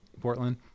Portland